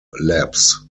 lapse